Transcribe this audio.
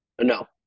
No